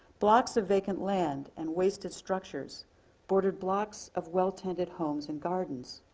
blocks of vacant land and wasted structures bordered blocks of well tended homes and gardens.